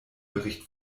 bericht